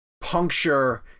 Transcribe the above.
puncture